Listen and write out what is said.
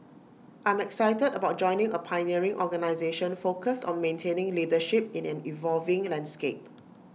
I'm excited about joining A pioneering organisation focused on maintaining leadership in an evolving landscape